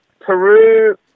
Peru